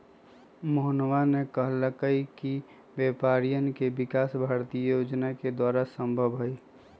मोहनवा ने कहल कई कि व्यापारियन के विकास भारतीय योजना के द्वारा ही संभव हई